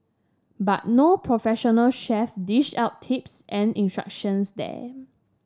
but no professional chef dish out tips and instructions there